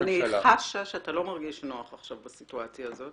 אני חשה שאתה לא מרגיש נוח בסיטואציה הזו